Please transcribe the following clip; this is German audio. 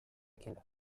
kinder